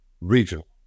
regional